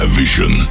vision